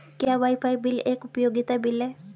क्या WiFi bill एक उपयोगिता बिल है?